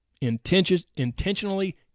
intentionally